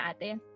Ate